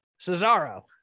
Cesaro